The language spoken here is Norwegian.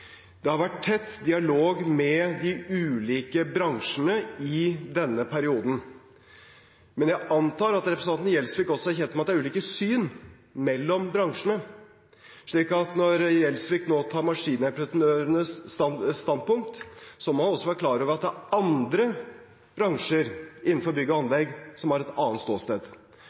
Det har vært tett dialog med de ulike bransjene i denne perioden, men jeg antar at representanten Gjelsvik også er kjent med at det er ulike syn mellom bransjene, så når Gjelsvik nå tar Maskinentreprenørenes standpunkt, må han også være klar over at det er andre bransjer innenfor bygg og anlegg som har et annet ståsted.